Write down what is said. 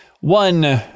one